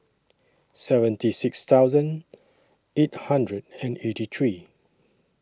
seventy six thousand eight hundred and eighty three